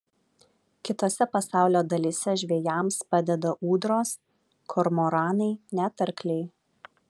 kitose pasaulio dalyse žvejams padeda ūdros kormoranai net arkliai